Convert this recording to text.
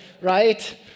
right